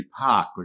Park